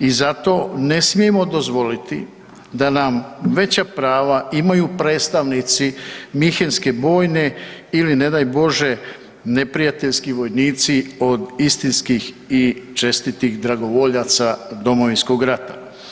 i zato ne smijemo dozvoliti da nam veća prava imaju predstavnici minhenske bojne ili ne daj bože neprijateljski vojnici od istinskih i čestitih dragovoljaca Domovinskog rata.